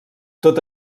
tot